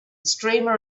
streamer